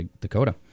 Dakota